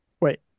Wait